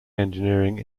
engineering